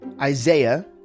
Isaiah